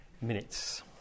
minutes